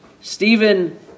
Stephen